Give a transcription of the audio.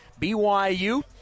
BYU